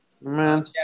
Man